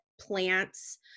plants